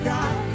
God